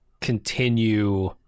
continue